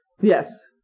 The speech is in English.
Yes